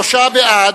שלושה בעד,